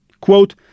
Quote